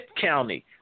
County